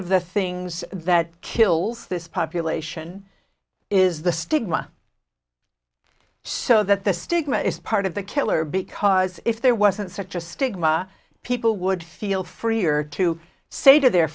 of the things that kills this population is the stigma so that the stigma is part of the killer because if there wasn't such a stigma people would feel freer to say to their